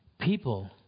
People